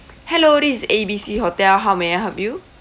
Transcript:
hello this is A B C hotel how may I help you